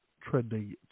trending